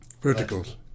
Verticals